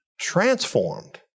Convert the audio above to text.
transformed